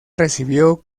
recibió